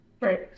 right